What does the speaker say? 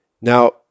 Now